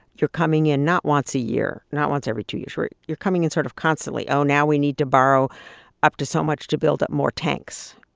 you're coming in not once a year, not once every two years. you're you're coming in sort of constantly. oh, now we need to borrow up to so much to build up more tanks.